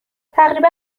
تقریبا